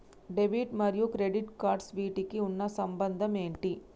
Debit మరియు credit cards వీటికి ఉన్న సంబంధం ఏంటి?